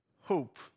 Hope